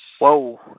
Whoa